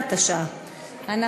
התשע"ה 2015,